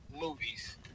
movies